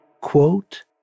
quote